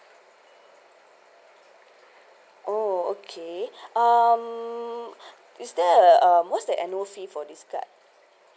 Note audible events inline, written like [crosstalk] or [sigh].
oh okay [breath] um is there a um what's the annual fee for this card